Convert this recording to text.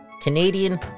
Canadian